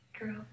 Girl